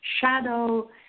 shadow